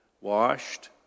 washed